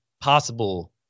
possible